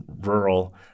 rural